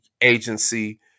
agency